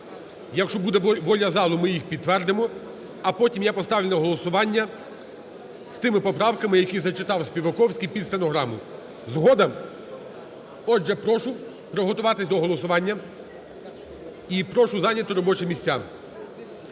Якщо буде воля залу, ми їх підтвердимо. А потім я поставлю на голосування з тими поправками, які зачитав Співаковський під стенограму. Згода? Отже, прошу приготуватись до голосування і прошу зайняти робочі місця.